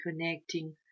connecting